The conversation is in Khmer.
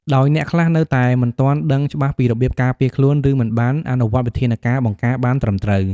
ដោយអ្នកខ្លះនៅតែមិនទាន់ដឹងច្បាស់ពីរបៀបការពារខ្លួន ឬមិនបានអនុវត្តវិធានការបង្ការបានត្រឹមត្រូវ។